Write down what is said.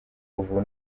ubu